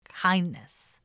kindness